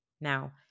Now